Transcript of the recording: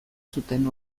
zuten